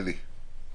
אלי.